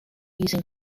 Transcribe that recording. using